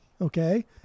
Okay